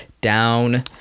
down